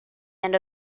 end